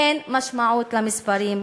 אין משמעות למספרים.